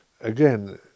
Again